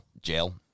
jail